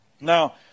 Now